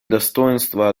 достоинства